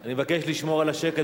אני מבקש לשמור על השקט.